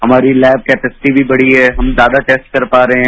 हमारी lab capacity भी बढ़ी है हम ज्यादा टेस्ट कर पा रहे हैं